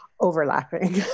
Overlapping